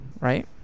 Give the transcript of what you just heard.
right